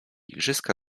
igrzyska